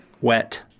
Wet